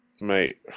Mate